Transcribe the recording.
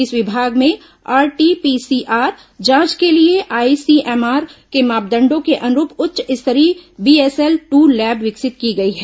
इस विभाग में आरटीपीसीआर जांच के लिए आईसीएमआर के मापदंडों के अनुरूप उच्च स्तरीय बीएसएल टू लैब विकसित की गई है